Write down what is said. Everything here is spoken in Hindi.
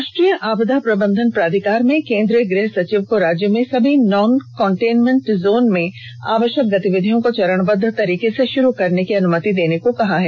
राष्ट्रीय आपदा प्रबंधन प्राधिकार ने केंन्द्रीय गृह सचिव को राज्य में सभी नन कंटेनमेंट जोन में आवष्यक गतिविधियों को चरणबद्ध तरीके से षुरू करने की अनुमति देने को कहा है